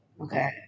Okay